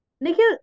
Nikhil